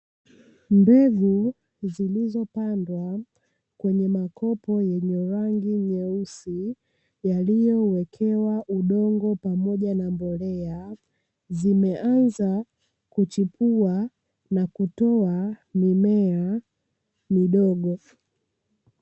Mbegu zilizopandwa kwenye makopo yenye rangi nyeusi, yaliyowekewa udongo pamoja na mbolea, zimeanza kuchipua na kutoa mimea midogo.